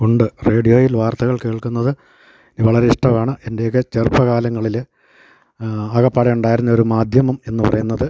ഉണ്ട് റേഡിയോയിൽ വാർത്തകൾ കേൾക്കുന്നത് വളരെ ഇഷ്ടമാണ് എൻ്റെയൊക്കെ ചെറുപ്പകാലങ്ങളിൽ ആകപ്പാടെ ഉണ്ടായിരുന്ന ഒരു മാധ്യമം എന്നു പറയുന്നത്